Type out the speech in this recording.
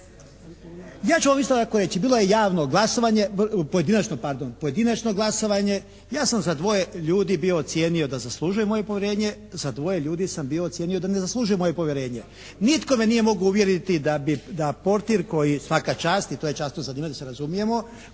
pojedinačno, pardon, pojedinačno glasovanje, ja sam za dvoje ljudi bio ocijenio da zaslužuje moje povjerenje, za dvoje ljudi sam bio ocijenio da ne zaslužuje moje povjerenje. Nitko me nije mogao uvjeriti da bi, da portir koji, svaka čast i to je časno zanimanje da se razumijemo,